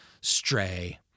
stray